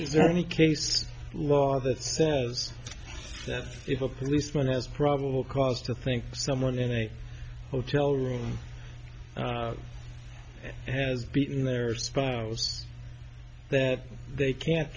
is there any case law that says that if a policeman has probable cause to think so more than a hotel room has beaten their spouse that they can't